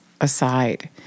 aside